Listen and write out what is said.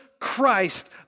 Christ